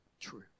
true